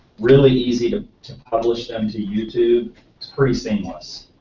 really easy to to publish them to youtube, it's pretty seamless.